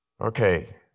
Okay